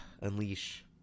unleash